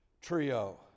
Trio